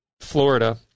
Florida